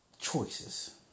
Choices